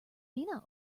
mina